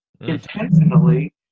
intentionally